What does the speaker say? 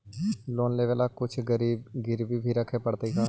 Loan लेबे ल कुछ गिरबी भी रखे पड़तै का?